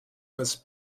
must